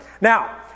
Now